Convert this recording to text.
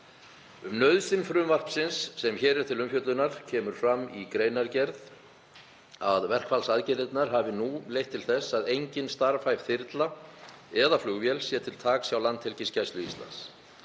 Um nauðsyn frumvarpsins sem hér er til umfjöllunar kemur fram í greinargerð með því að verkfallsaðgerðirnar hafi nú leitt til þess að engin starfhæf þyrla eða flugvél sé til taks hjá Landhelgisgæslu Íslands.